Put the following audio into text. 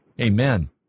Amen